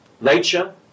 nature